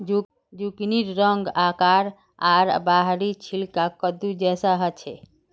जुकिनीर रंग, आकार आर बाहरी छिलका कद्दू जैसा ह छे